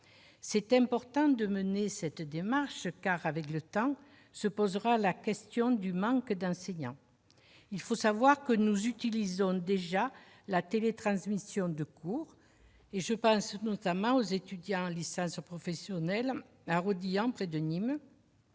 est important de mener cette démarche, car, avec le temps, la question du manque d'enseignants se posera. Il faut savoir que nous utilisons déjà la télétransmission de cours- je pense notamment aux étudiants en licence professionnelle à Rodilhan, près de Nîmes,